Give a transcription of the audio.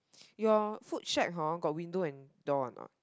your Foodshed hor got window and door a not